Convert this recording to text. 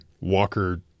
Walker